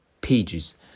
pages